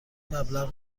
مبلغ